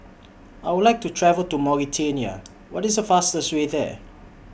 I Would like to travel to Mauritania What IS The fastest Way There